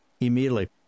immediately